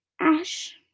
ash